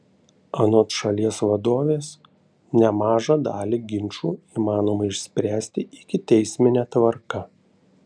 anot šalies vadovės nemažą dalį ginčų įmanoma išspręsti ikiteismine tvarka